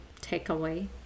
takeaway